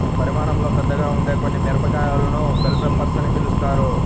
పరిమాణంలో పెద్దగా ఉండే కొన్ని మిరపకాయలను బెల్ పెప్పర్స్ అని పిలుస్తారు